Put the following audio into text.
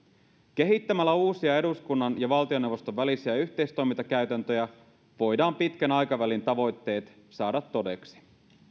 kehittämällä uusia eduskunnan ja valtioneuvoston välisiä yhteistoimintakäytäntöjä voidaan pitkän aikavälin tavoitteet saada todeksi